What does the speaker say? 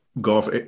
golf